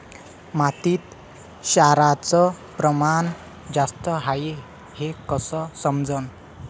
मातीत क्षाराचं प्रमान जास्त हाये हे कस समजन?